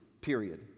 period